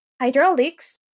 hydraulics